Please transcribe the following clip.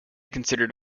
considered